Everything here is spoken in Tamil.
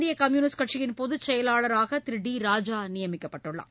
இந்திய கம்யூனிஸ்ட் கட்சியின் பொதுச் செயலாளராக திரு டி ராஜா நியமிக்கப்பட்டுள்ளார்